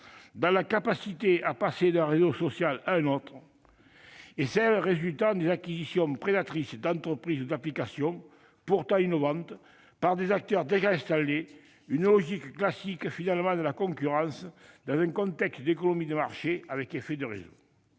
dans la capacité à passer d'un réseau social à un autre, ainsi que des limitations qui résultent des acquisitions prédatrices d'entreprises ou d'applications, pourtant innovantes, par des acteurs déjà installés- une logique classique, finalement, de la concurrence dans un contexte d'économie de marché avec effets de réseau.